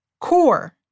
core